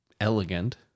elegant